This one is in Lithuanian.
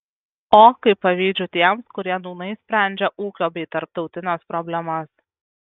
o kaip pavydžiu tiems kurie nūnai sprendžia ūkio bei tarptautines problemas